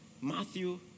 Matthew